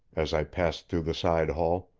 as i passed through the side hall.